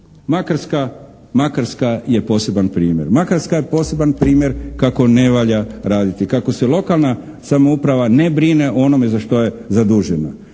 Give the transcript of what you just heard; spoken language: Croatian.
Makarska je poseban primjer kako ne valja raditi, kako se lokalna samouprava ne brine o onome za što je zadužena.